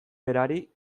berari